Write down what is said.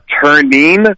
turning